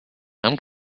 i’m